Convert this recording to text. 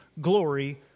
glory